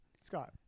Scott